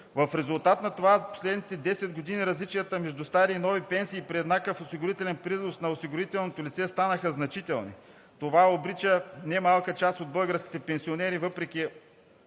В резултат на това за последните 10 години различията между старите и новите пенсии – при еднакъв осигурителен принос на осигуреното лице, станаха значителни. Това обрича немалка част от българските пенсионери въпреки